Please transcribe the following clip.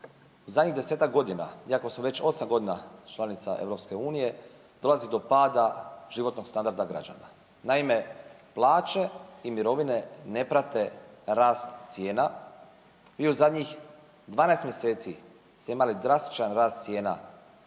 zadnjih desetak godina, iako smo već osam godina članica EU dolazi do pada životnog standarda građana. Naime, plaće i mirovine ne prate rast cijena i u zadnjih 12 mjeseci smo imali drastičan rast cijena